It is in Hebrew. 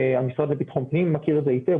המשרד לביטחון הפנים מכיר את זה היטב,